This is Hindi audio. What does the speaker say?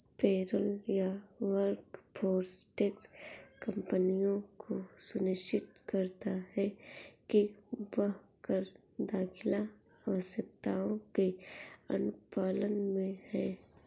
पेरोल या वर्कफोर्स टैक्स कंपनियों को सुनिश्चित करता है कि वह कर दाखिल आवश्यकताओं के अनुपालन में है